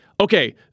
Okay